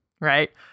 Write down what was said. right